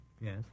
Yes